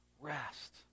rest